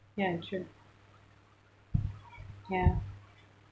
ya true ya